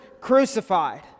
crucified